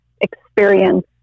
experience